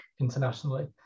internationally